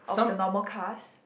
of the normal cars